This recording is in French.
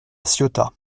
ciotat